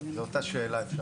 זה אותה שאלה.